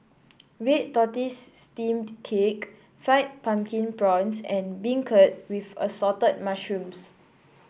Red Tortoise Steamed Cake Fried Pumpkin Prawns and beancurd with Assorted Mushrooms